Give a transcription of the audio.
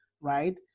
right